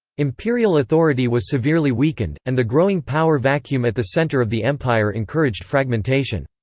imperial authority was severely weakened, and the growing power vacuum at the center of the empire encouraged fragmentation.